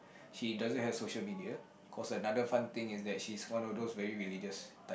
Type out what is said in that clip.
she doesn't have social media cause another fun thing is that she's one of those very religious